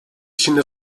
içinde